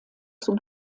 zum